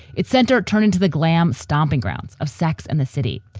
its center turned into the glam stomping grounds of sex and the city.